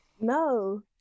No